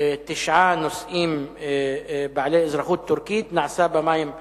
תשעה נוסעים בעלי אזרחות טורקית נעשו במים הבין-לאומיים,